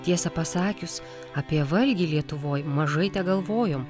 tiesą pasakius apie valgį lietuvoj mažai tegalvojom